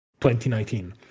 2019